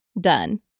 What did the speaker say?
done